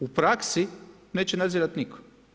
U praksi neće nadzirati nitko.